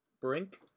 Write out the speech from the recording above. Brink